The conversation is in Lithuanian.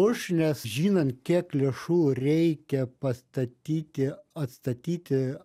už nes žinant kiek lėšų reikia pastatyti atstatyti